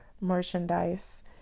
merchandise